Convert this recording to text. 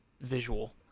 visual